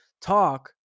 talk